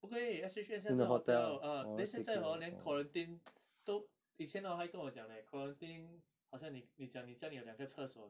不可以 S_H_N 现在是 hotel ah then 现在 hor 连 quarantine 都以前 hor 还跟我讲 leh quarantine 好像你你讲你家里有两个厕所